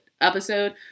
episode